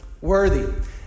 Worthy